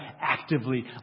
actively